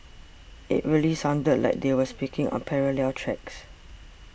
it really sounded like they were speaking on parallel tracks